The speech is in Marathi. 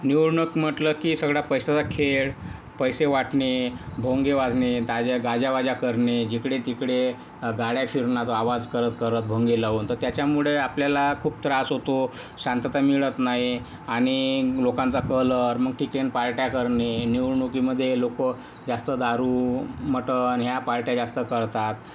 निवडणूक म्हटलं की सगळा पैशाचा खेळ पैसे वाटणे भोंगे वाजणे ताचा गाजावाजा करणे जिकडे तिकडे गाड्या फिरणार आवाज करत करत भोंगे लावून तर त्याच्यामुळे आपल्याला खूप त्रास होतो शांतता मिळत नाही आणि लोकांचा कल मग टिकन पार्ट्या करणे निवडणुकीमध्ये लोक जास्त दारू मटन ह्या पार्ट्या जास्त करतात